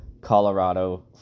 Colorado